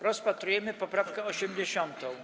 Rozpatrujemy poprawkę 80.